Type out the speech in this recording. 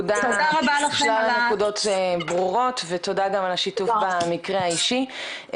הנקודות ברורות ותודה גם על השיתוף במקרה האישי.